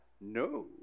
no